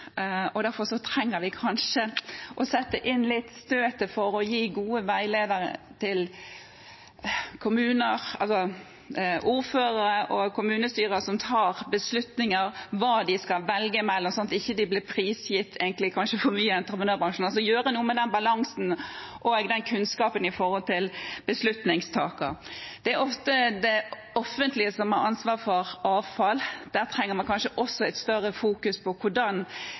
trenger vi kanskje å sette inn støtet for å gi gode veiledere til kommuner, til ordførere og kommunestyrer, som tar beslutninger, om hva de skal velge mellom, sånn at de ikke blir for mye prisgitt entreprenørbransjen. Vi må gjøre noe med den balansen og den kunnskapen for beslutningstaker. Det er ofte det offentlige som har ansvar for avfall. Der trenger man kanskje også et større fokus på hvordan